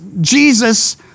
Jesus